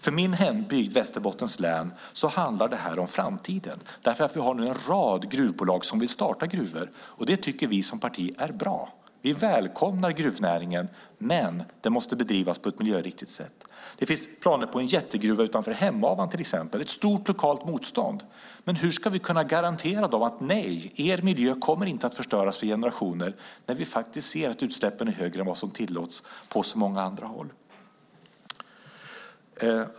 För min hemby i Västerbottens län handlar det här om framtiden. Det finns nu en rad gruvbolag som vill starta gruvor, och det tycker vi som parti är bra. Vi välkomnar gruvnäringen, men den måste bedrivas på ett miljöriktigt sätt. Det finns planer på en jättegruva utanför till exempel Hemavan. Där finns ett stort lokalt motstånd. Hur ska vi garantera dem att deras miljö inte kommer att förstöras för generationer när vi kan se att utsläppen är högre än vad som tillåts på så många andra håll?